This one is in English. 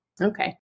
Okay